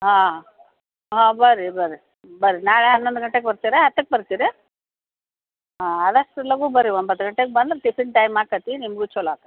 ಆಂ ಹಾಂ ಬನ್ರಿ ಬನ್ರಿ ಬರ್ರಿ ನಾಳೆ ಹನ್ನೊಂದು ಗಂಟೆಗೆ ಬರ್ತೀರಾ ಹತ್ತಕ್ಕೆ ಬರ್ತೀರಾ ಹಾಂ ಆದಷ್ಟು ಲಗು ಬನ್ರಿ ಒಂಬತ್ತು ಗಂಟೆಗೆ ಬಂದ್ರೆ ಟಿಫಿನ್ ಟೈಮ್ ಆಕತಿ ನಿಮಗೂ ಚೊಲೋ ಆಗತ್